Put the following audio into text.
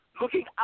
looking